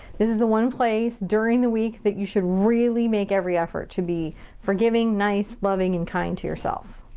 this is the one place during the week that you should really make every effort to be forgiving, nice, loving, and kind to yourself.